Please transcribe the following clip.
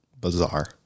bizarre